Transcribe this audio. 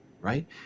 right